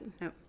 no